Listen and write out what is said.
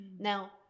Now